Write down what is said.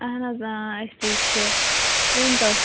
اَہَن حظ آ أسی چھِ ؤنۍتو